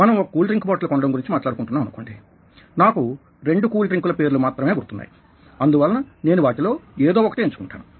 మనం ఒక cool drink bottle కొనడం గురించి మాట్లాడుకుంటున్నాం అనుకోండి నాకు రెండు కూల్ డ్రింకుల పేర్లు మాత్రమే గుర్తున్నాయి అందువల్ల నేను వాటిలో ఏదో ఒకటి ఎంచుకుంటాను